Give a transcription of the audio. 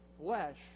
flesh